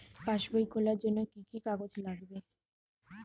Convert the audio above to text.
পাসবই খোলার জন্য কি কি কাগজ লাগবে?